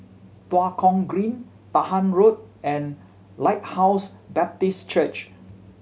Tua Kong Green Dahan Road and Lighthouse Baptist Church